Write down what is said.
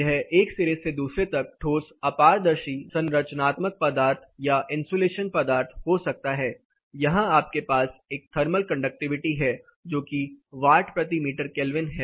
यह एक सिरे से दूसरे तक ठोस अपारदर्शी संरचनात्मक पदार्थ या इन्सुलेशन पदार्थ हो सकता है यहां आपके पास एक थर्मल कंडक्टिविटी है जो की वाट प्रति मीटर केल्विन है